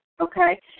Okay